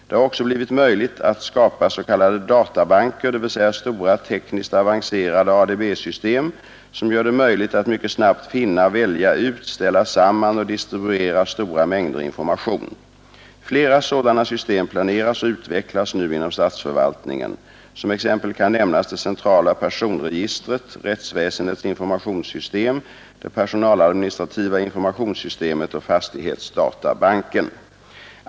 Det har också blivit möjligt att skapa s.k. databanker, dvs. stora tekniskt avancerade ADB-system som gör det möjligt att mycket snabbt finna, välja ut, ställa samman och distribuera stora mängder information. Flera sådana system planeras och utvecklas nu inom statsförvaltningen. Som exempel kan nämnas det centrala personregistret, rättsväsendets informationssystem, det personaladministrativa informationssystemet och fastighetsdatabanken.